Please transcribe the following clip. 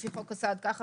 לפי חוק הסעד ככה